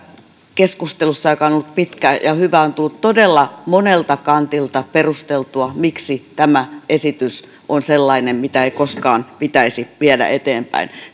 keskustelussa joka on ollut pitkä ja hyvä on tullut todella monelta kantilta perusteltua miksi tämä esitys on sellainen mitä ei koskaan pitäisi viedä eteenpäin